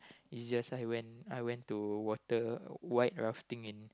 is just I went I went to water white rafting in